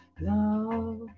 love